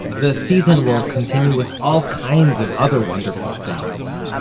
the season will continue with all kinds of other wonderful themes,